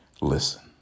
Listen